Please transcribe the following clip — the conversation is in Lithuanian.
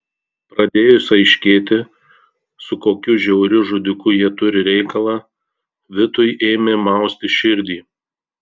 pradėjus aiškėti su kokiu žiauriu žudiku jie turi reikalą vitui ėmė mausti širdį